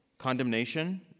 condemnation